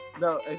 no